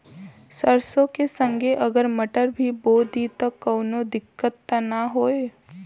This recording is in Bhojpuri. सरसो के संगे अगर मटर भी बो दी त कवनो दिक्कत त ना होय?